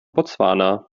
botswana